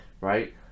right